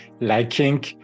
liking